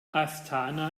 astana